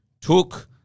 took